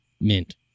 mint